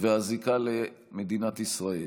והזיקה למדינת ישראל.